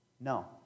No